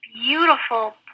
beautiful